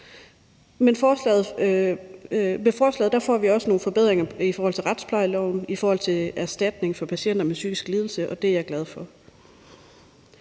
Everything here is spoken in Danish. Med forslaget får vi også nogle forbedringer i retsplejeloven i forhold til erstatning for patienter med psykisk lidelse, og det er jeg glad for.